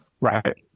right